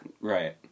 Right